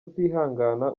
utihangana